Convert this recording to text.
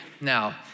Now